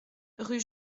rue